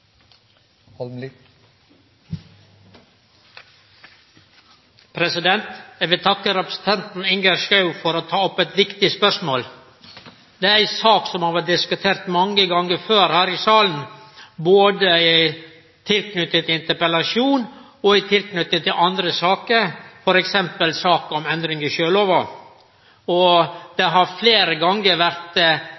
handling. Eg vil takke representanten Ingjerd Schou for å ha teke opp eit viktig spørsmål. Dette er ei sak som har vore diskutert mange gonger før her i salen, både i interpellasjonar og i tilknyting til andre saker, f.eks. saka om endring av sjølova. Det har fleire gonger vore brei diskusjon og